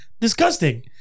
disgusting